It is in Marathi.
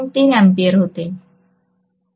3 अँपिअर होते